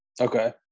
Okay